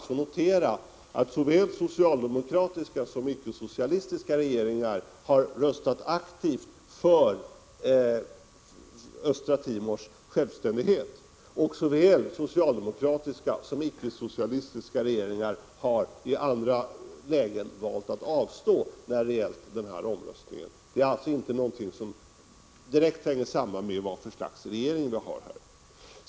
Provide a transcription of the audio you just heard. Såväl socialdemokratiska som icke-socialistiska regeringar har röstat aktivt för Östra Timors självständighet. Såväl socialdemokratiska som icke-socialistiska regeringar har i andra lägen valt att avstå när det gällt omröstning om Östra Timor. Det är alltså inte någonting som direkt hänger samman med vad för slags regering vi har.